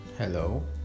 hello